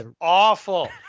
awful